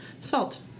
Salt